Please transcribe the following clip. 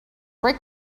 break